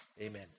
Amen